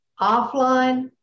Offline